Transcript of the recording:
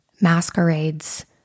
masquerades